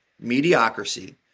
mediocrity